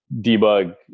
debug